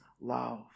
love